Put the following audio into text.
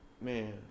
Man